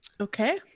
Okay